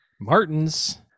Martins